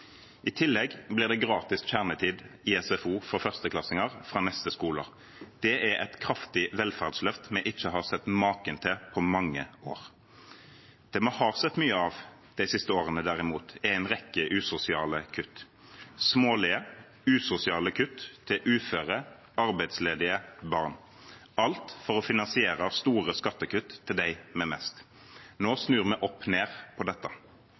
I tillegg blir det gratis kjernetid i SFO for førsteklassinger fra neste skoleår. Det er et kraftig velferdsløft vi ikke har sett maken til på mange år. Det vi har sett mye av de siste årene derimot, er en rekke usosiale kutt – smålige, usosiale kutt til uføre, arbeidsledige og barn – alt for å finansiere store skattekutt til dem med mest. Nå snur vi opp ned på dette.